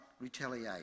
retaliate